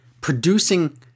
producing